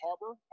harbor